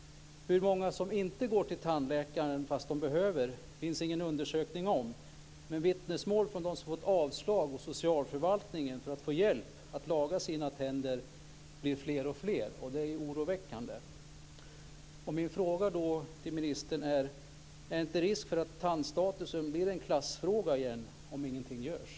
Hur många som inte går till tandläkaren fast de behöver det finns det ingen undersökning om, men vittnesmålen från dem som har fått avslag hos socialförvaltningen på en begäran om att få hjälp med att laga sina tänder blir fler och fler, och det är oroväckande. Min fråga till statsministern blir: Är det inte risk för att tandstatusen blir en klassfråga igen, om ingenting görs?